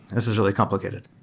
this is really complicated,